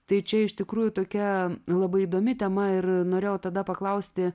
tai čia iš tikrųjų tokia labai įdomi tema ir norėjau tada paklausti